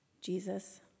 Jesus